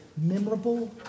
memorable